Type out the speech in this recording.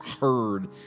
heard